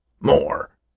More